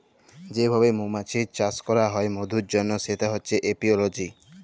যে ভাবে মমাছির চাষ ক্যরা হ্যয় মধুর জনহ সেটা হচ্যে এপিওলজি